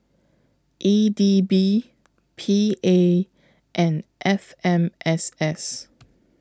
E D B P A and F M S S